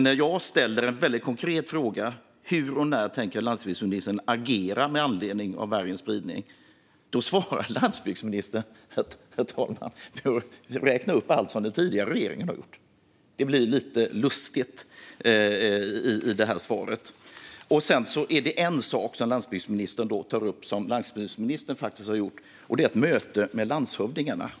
När jag ställer en väldigt konkret fråga - hur och när tänker landsbygdsministern agera med anledning av vargens spridning? - svarar landsbygdsministern med att räkna upp allt som den tidigare regeringen har gjort, herr talman. Det blir ju lite lustigt. Sedan tar landsbygdsministern upp en sak som han faktiskt har gjort, och det är ett möte med landshövdingarna.